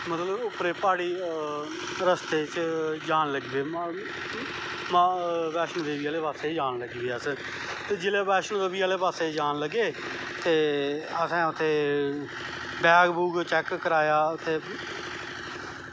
मतलव उप्परे गी प्हाड़ी रस्ते च जान लगा पे बैष्णों देवी आह्ले पास्से गी चली पे अस ते जिसलै बैष्णों माता आह्ले पास्से गी जान लगे ते असैं उत्थें बैग बूग चैक्क कराया ते